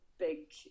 big